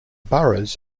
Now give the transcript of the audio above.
boroughs